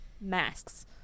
masks